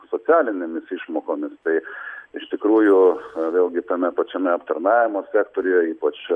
socialinėmis išmokomis tai iš tikrųjų vėlgi tame pačiame aptarnavimo sektoriuje ypač